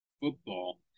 football